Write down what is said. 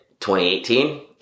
2018